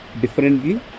differently